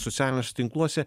socialiniuose tinkluose